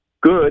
Good